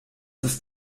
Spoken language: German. ist